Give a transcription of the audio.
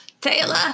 Taylor